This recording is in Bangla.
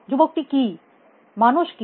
যুবকটি কি মানুষ কি